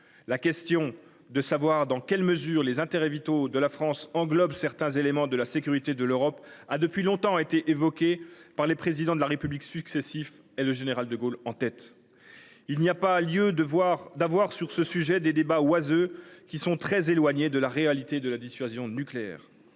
la question de savoir dans quelle mesure les intérêts vitaux de la France englobent certains éléments de la sécurité de l’Europe a depuis longtemps été évoquée par les présidents de la République successifs, le général de Gaulle en tête. Il n’y a pas lieu d’avoir sur ce sujet des débats oiseux, très éloignés de la réalité de la dissuasion nucléaire.